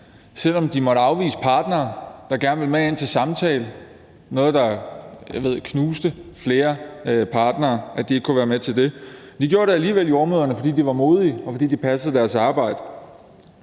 selv om de måtte afvise partnere, der gerne ville med ind til samtale. Noget, som jeg ved knuste flere partnere; at de ikke kunne være med til det. Det gjorde det alligevel, jordemødrene, fordi de var modige, og fordi de passede deres arbejde.